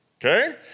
okay